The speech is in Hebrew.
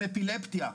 עם אפילפסיה.